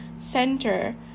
center